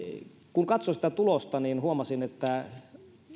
kun katsoin sitä tulosta niin huomasin että